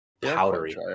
Powdery